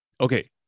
okay